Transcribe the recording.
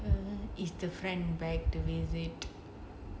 um is the friend back to visit